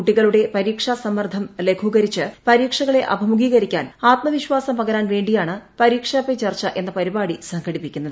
കുട്ടികളുടെ പരീക്ഷാസമ്മർദ്ദം ലഘൂകരിച്ച് പരീക്ഷകളെ അഭിമുഖീകരിക്കാൻ ആത്മവിശ്വാസം പകരാൻ വേണ്ടിയാണ് പരീക്ഷാ പേ ചർച്ച എന്ന പരിപാടി സംഘടിപ്പിക്കുന്നത്